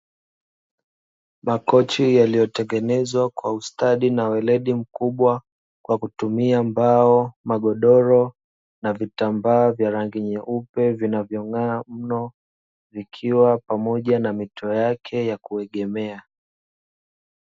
Makochi yaliyotengenezwa kwa ustadi na weredi mkubwa kwa kutumia mbao, magodoro na vitambaa vya rangi nyeupe vinavong'aa mno vikiwa pamoja na mito yake ya kuegemea.